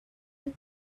you